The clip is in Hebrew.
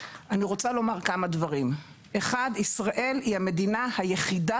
אני רוצה לומר שישראל היא המדינה היחידה